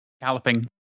Galloping